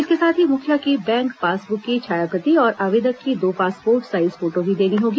इसके साथ ही मुखिया की बैंक पासबुक की छायाप्रति और आवेदक की दो पासपोर्ट साईज फोटो भी देनी होगी